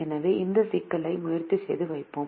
எனவே இந்த சிக்கலை முயற்சி செய்து வகுப்போம்